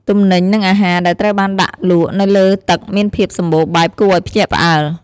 ទំនិញ និងអាហារ ដែលត្រូវបានដាក់លក់នៅលើទឹកមានភាពសម្បូរបែបគួរឱ្យភ្ញាក់ផ្អើល។